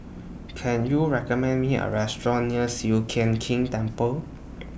Can YOU recommend Me A Restaurant near King Temple